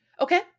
okay